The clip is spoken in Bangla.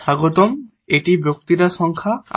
স্বাগতম এবং এটি বক্তৃতা সংখ্যা 58